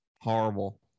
horrible